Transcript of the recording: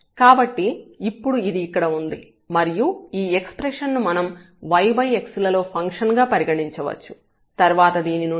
కాబట్టి ఇప్పుడు ఇది ఇక్కడ ఉంది మరియు ఈ ఎక్స్ప్రెషన్ ను మనం yx లలో ఫంక్షన్ గా పరిగణించవచ్చు తర్వాత దీని నుండి మనం x 12 ను పొందుతాము